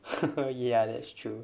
ya that's true